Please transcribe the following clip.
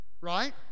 Right